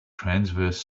transverse